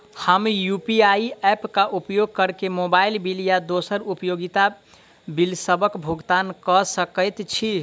हम UPI app क उपयोग करके मोबाइल बिल आ दोसर उपयोगिता बिलसबक भुगतान कर सकइत छि